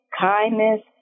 kindness